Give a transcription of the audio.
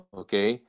okay